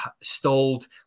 stalled